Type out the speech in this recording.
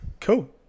cool